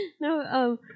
no